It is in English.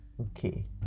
okay